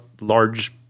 large